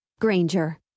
Granger